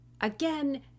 again